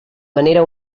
manera